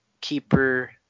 keeper